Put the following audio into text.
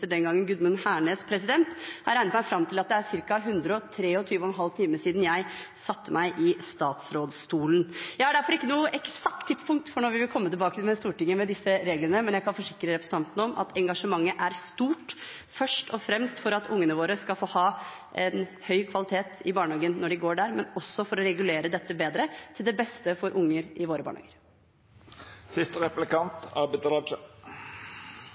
Gudmund Hernes, har jeg regnet meg fram til at det er ca. 123,5 timer siden jeg satte meg i statsrådstolen. Jeg har derfor ikke noe eksakt tidspunkt for når vi vil komme tilbake til Stortinget med disse reglene, men jeg kan forsikre representanten om at engasjementet er stort, først og fremst for at ungene våre skal få ha høy kvalitet i barnehagen når de går der, og også for å regulere dette bedre – til beste for unger i våre